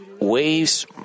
waves